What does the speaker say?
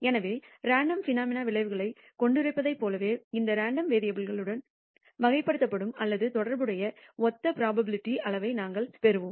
எனவே random phenomena விளைவுகளை வகைப்படுத்துவதற்கான புரோபாபிலிடி அளவைக் கொண்டிருப்பதைப் போலவே இந்த ரேண்டம் வேரியபுல்டன் வகைப்படுத்தப்படும் அல்லது தொடர்புடைய ஒத்த புரோபாபிலிடி அளவையும் நாங்கள் பெறுவோம்